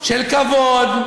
של כבוד,